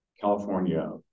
California